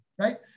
right